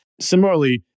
Similarly